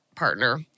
Partner